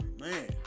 man